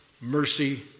mercy